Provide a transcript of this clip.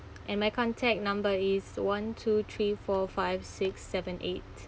and my contact number is one two three four five six seven eight